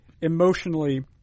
emotionally